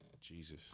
Jesus